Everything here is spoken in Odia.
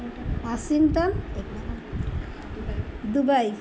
ୱାସିଂଟନ୍ ଏବଂ ଦୁବାଇ